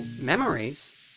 memories